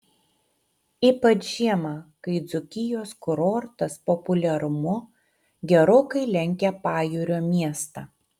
ypač žiemą kai dzūkijos kurortas populiarumu gerokai lenkia pajūrio miestą